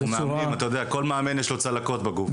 אתה יודע, כל מאמן יש לו צלקות בגוף.